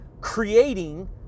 creating